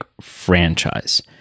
franchise